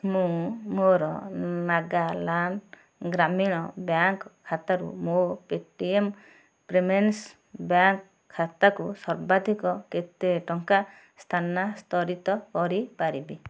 ମୁଁ ମୋର ନାଗାଲାଣ୍ଡ୍ ଗ୍ରାମୀଣ ବ୍ୟାଙ୍କ୍ ଖାତାରୁ ମୋ ପେଟିଏମ୍ ବ୍ୟାଙ୍କ୍ ଖାତାକୁ ସର୍ବାଧିକ କେତେ ଟଙ୍କା ସ୍ଥାନାନ୍ତରିତ କରିପାରିବି